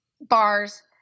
bars